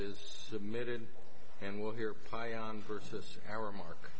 is submitted and we'll hear pions versus our mark